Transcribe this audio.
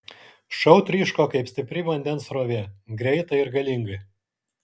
šou tryško kaip stipri vandens srovė greitai ir galingai